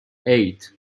eight